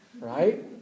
Right